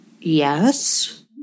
yes